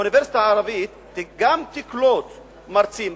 האוניברסיטה הערבית גם תקלוט מרצים,